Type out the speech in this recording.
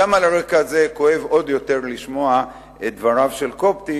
גם על הרקע הזה כואב עוד יותר לשמוע את דבריו של קובטי.